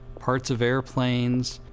parts of airplanes.